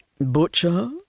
Butcher